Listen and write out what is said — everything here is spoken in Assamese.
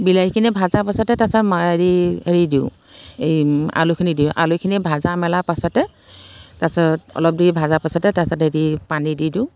বিলাহীখিনি ভজাৰ পাছতে তাৰ পাছত হেৰি হেৰি দিওঁ এই আলুখিনি দিওঁ আলুখিনি ভজা মেলাৰ পাছতে তাৰ পাছত অলপ দেৰি ভজাৰ পাছতে তাৰ পাছতে হেৰি পানী দি দিওঁ